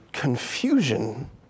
confusion